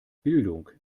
bildung